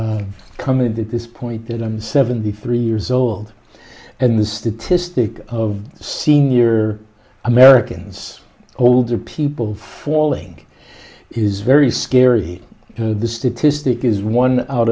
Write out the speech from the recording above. o come in to this point that i'm seventy three years old and the statistic of senior americans older people falling is very scary the statistic is one out